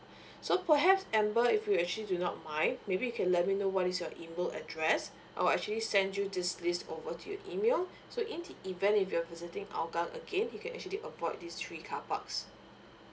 so perhaps amber if you actually do not mind maybe you can let me know what is your email address I will actually send you this list over to your email so in the event if you're visiting hougang again you can actually avoid these three carparks